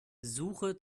suche